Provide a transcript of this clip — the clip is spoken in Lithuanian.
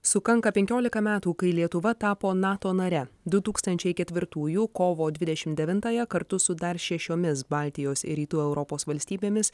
sukanka penkiolika metų kai lietuva tapo nato nare du tūkstančiai ketvirtųjų kovo dvidešim devintąją kartu su dar šešiomis baltijos ir rytų europos valstybėmis